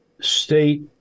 state